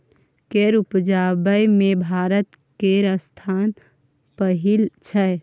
केरा उपजाबै मे भारत केर स्थान पहिल छै